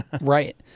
Right